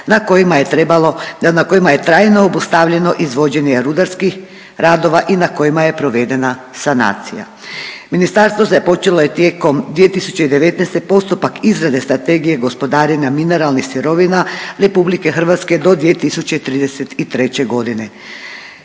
na kojima je trajno obustavljeno izvođenje rudarskih radova i na kojima je provedena sanacija. Ministarstvo se počelo tijekom 2019. postupak izrade strategije gospodarenja mineralnih sirovina RH do 2033. g.